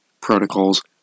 protocols